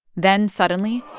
then suddenly,